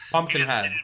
Pumpkinhead